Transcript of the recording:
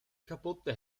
kaputte